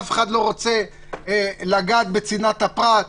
אף אחד לא רוצה לגעת בצנעת הפרט,